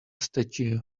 statue